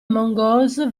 mongoose